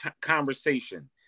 conversation